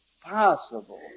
possible